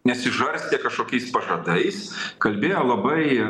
nesižarstė kažkokiais pažadais kalbėjo labai